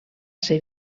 ser